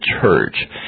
Church